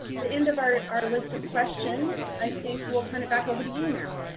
the end of our list of questions, i think we'll turn it back over to you now.